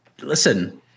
Listen